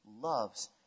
loves